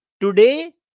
Today